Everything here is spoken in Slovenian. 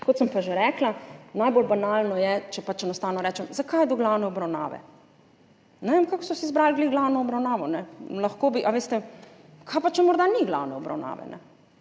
Kot sem pa že rekla, najbolj banalno je, če pač enostavno rečem, zakaj do glavne obravnave. Ne vem, kako so si izbrali ravno glavno obravnavo. Kaj pa če morda ni glavne obravnave